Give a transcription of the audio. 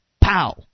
pow